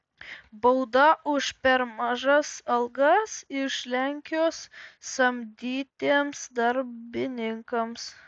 bauda už per mažas algas iš lenkijos samdytiems darbininkams